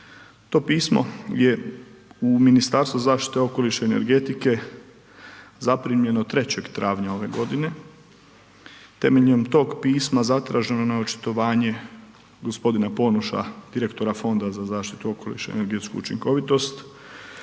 to pismo je u Ministarstvu zaštite okoliša i energetike zaprimljeno 3. travnja ove godine, temeljem tog pisma zatraženo je na očitovanje g. Ponoša, direktora Fonda za zaštitu okoliša i energetsku učinkovitost,